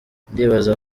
ndibaza